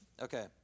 Okay